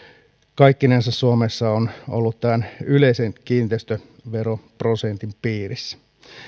kaikkinensa suomessa on ollut tämän yleisen kiinteistöveroprosentin piirissä